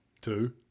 two